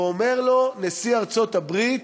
ואומר לו נשיא ארצות-הברית: